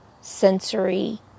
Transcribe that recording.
sensory